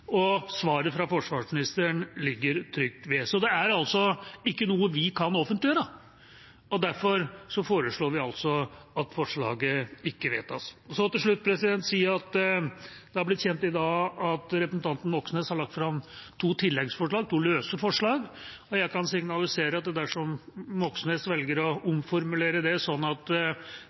og svaret fra forsvarsministeren ligger trykt ved. Så det er altså ikke noe vi kan offentliggjøre. Derfor foreslår vi altså at forslaget ikke vedtas. Siden det er blitt kjent i dag at representanten Moxnes har lagt fram to tilleggsforslag – to løse forslag – kan jeg signalisere at dersom Moxnes velger å omformulere dem slik at